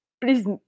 Please